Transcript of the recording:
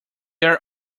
are